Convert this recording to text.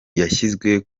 yashyizwe